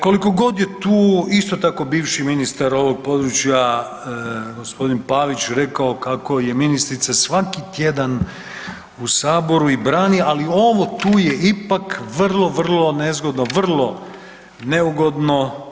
Koliko god je tu, isto tako bivši ministar ovog područja g. Pavić rekao kako je ministrica svaki tjedan u Saboru i brani, ali ovo tu je ipak vrlo, vrlo nezgodno, vrlo neugodno.